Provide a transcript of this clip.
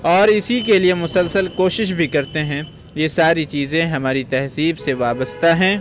اور اسی کے لیے مسلسل کوشش بھی کرتے ہیں یہ ساری چیزیں ہماری تہذیب سے وابستہ ہیں